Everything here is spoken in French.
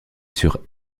sur